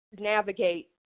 navigate